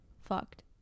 fucked